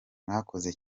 mwakoze